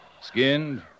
Skinned